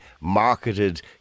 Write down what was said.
marketed